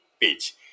page